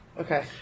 Okay